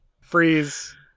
Freeze